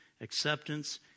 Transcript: acceptance